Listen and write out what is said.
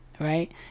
Right